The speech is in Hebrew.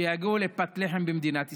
שיגיעו לפת לחם במדינת ישראל.